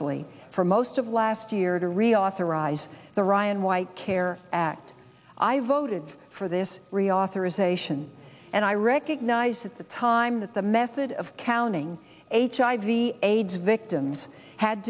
fully for most of last year to reauthorize the ryan white care act i voted for this reauthorization and i recognize at the time that the method of counting hiv aids victims had